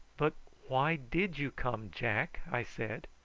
but why did you come, jack? i said.